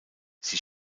sie